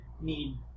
need